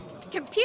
Computer